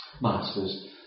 Masters